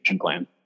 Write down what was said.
plan